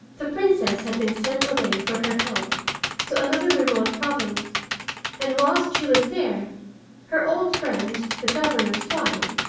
the princess had been sent away for her health to another remote province and whilst she was there her old friend, the governor's wife,